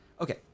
Okay